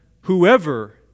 whoever